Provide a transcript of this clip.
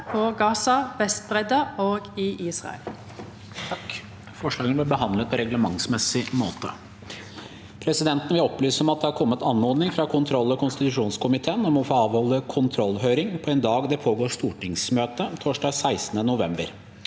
på Gaza, Vestbreidda og i Israel.